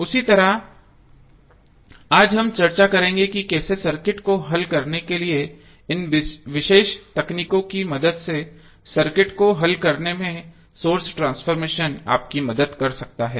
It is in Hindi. उसी तरह आज हम चर्चा करेंगे कि कैसे सर्किट को हल करने के लिए और इन विशेष तकनीकों की मदद से सर्किट को हल करने में सोर्स ट्रांसफॉर्मेशन आपकी मदद कर सकता है